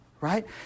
right